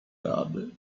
rady